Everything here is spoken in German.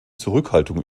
zurückhaltung